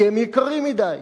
כי הם יקרים מדי.